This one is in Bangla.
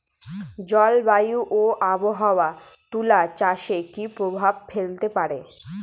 জলবায়ু ও আবহাওয়া তুলা চাষে কি প্রভাব ফেলতে পারে?